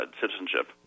citizenship